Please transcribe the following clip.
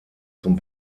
zum